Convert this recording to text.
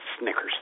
Snickers